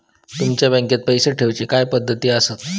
तुमच्या बँकेत पैसे ठेऊचे काय पद्धती आसत?